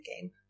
game